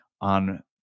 on